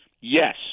Yes